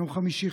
ביום חמישי,